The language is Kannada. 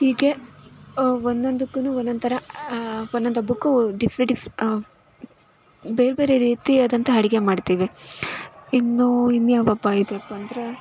ಹೀಗೆ ಒಂದೊಂದಕ್ಕೂ ಒಂದೊಂದ್ ಥರ ಒಂದೊಂದ್ ಹಬ್ಬಕ್ಕೂ ಡಿಫ್ರಿ ಡಿಫ್ ಬೇರೆ ಬೇರೆ ರೀತಿಯಾದಂಥ ಅಡುಗೆ ಮಾಡ್ತೀವಿ ಇನ್ನೂ ಇನ್ನು ಯಾವ ಹಬ್ಬ ಇದೆಯಪ್ಪ ಅಂದರೆ